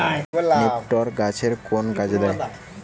নিপটর গাছের কোন কাজে দেয়?